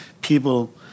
people